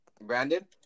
Brandon